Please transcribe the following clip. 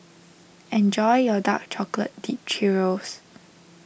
enjoy your Dark Chocolate Dipped Churro's